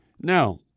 Now